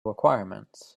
requirements